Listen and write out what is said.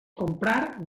comprar